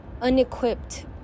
unequipped